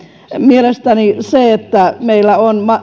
mielestäni siinä että meillä on